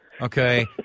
okay